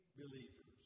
believers